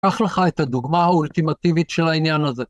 ‫קח לך את הדוגמה האולטימטיבית ‫של העניין הזה.